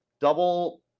double